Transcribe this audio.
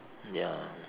ya